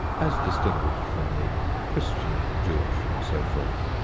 as distinguished from the christian, jewish, and so forth.